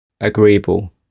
agreeable